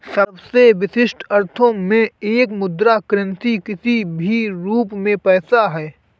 सबसे विशिष्ट अर्थों में एक मुद्रा करेंसी किसी भी रूप में पैसा है